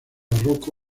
barroco